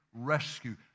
rescue